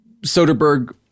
Soderbergh